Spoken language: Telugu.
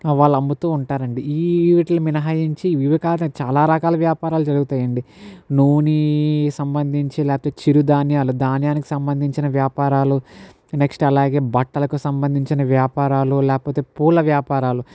వాళ్ళమ్ముతూ ఉంటారండి ఈ వీట్లని మినహాయించి వివిధ చాలా రకాల వ్యాపారాలు జరుగుతాయండి నూని సంబంధించి లేకపోతే చిరు ధాన్యాలు ధాన్యానికి సంబంధించిన వ్యాపారాలు నెక్స్ట్ అలాగే బట్టలకు సంబంధించిన వ్యాపారాలు లేకపోతే పూల వ్యాపారాలు